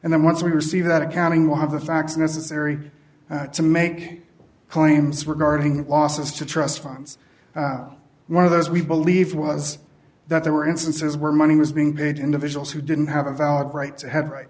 and then once we receive that accounting we'll have the facts necessary to make claims regarding the losses to trust funds one of those we believe was that there were instances where money was being made individuals who didn't have a valid right to have right